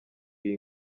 iyi